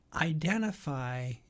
identify